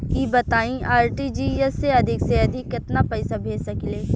ई बताईं आर.टी.जी.एस से अधिक से अधिक केतना पइसा भेज सकिले?